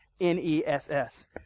N-E-S-S